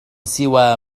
سوى